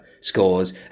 scores